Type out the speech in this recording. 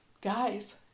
guys